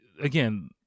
again